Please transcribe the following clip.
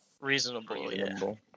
Reasonable